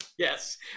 Yes